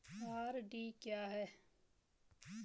RD क्या है?